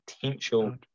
potential